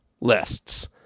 lists